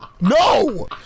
No